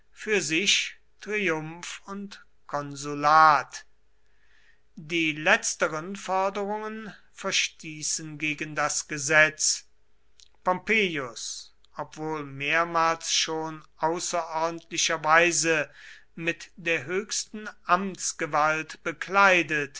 für sich triumph und konsulat die letzteren forderungen verstießen gegen das gesetz pompeius obwohl mehrmals schon außerordentlicherweise mit der höchsten amtsgewalt bekleidet